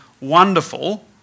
wonderful